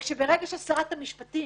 וברגע ששרת המשפטים